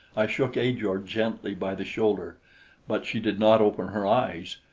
i shook ajor gently by the shoulder but she did not open her eyes,